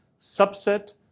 subset